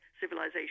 civilization